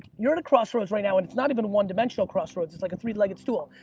you're at a crossroads right now and it's not even a one-dimensional crossroads. it's like a three-legged stool.